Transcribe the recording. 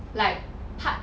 like part